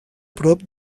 prop